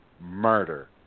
murder